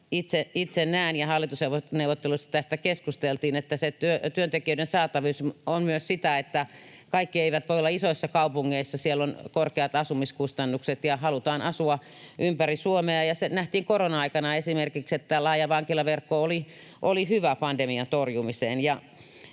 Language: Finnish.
itse näen ja hallitusneuvotteluissa tästä keskusteltiin, että työntekijöiden saatavuus on myös sitä, että kaikki eivät voi olla isoissa kaupungeissa. Niissä on korkeat asumiskustannukset, ja halutaan asua ympäri Suomea. Se esimerkiksi nähtiin korona-aikana, että laaja vankilaverkko oli hyvä pandemian torjumiseen.